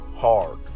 hard